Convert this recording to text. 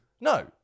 No